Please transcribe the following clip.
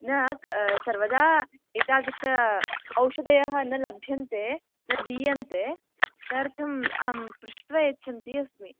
न सर्वदा एतादृश औषधयः न लभ्यन्ते न दीयन्ते तदर्थम् अहम् पृष्ट्वा यच्छन्ती अस्मि